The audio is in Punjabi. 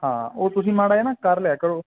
ਹਾਂ ਹਾਂ ਉਹ ਤੁਸੀਂ ਮਾੜਾ ਨਾ ਕਰ ਲਿਆ ਕਰੋ